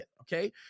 Okay